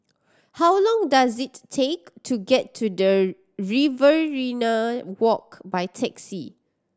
how long does it take to get to the Riverina Walk by taxi